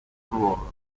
ruolo